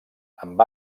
amb